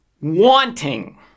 Wanting